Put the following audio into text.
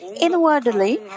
inwardly